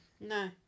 No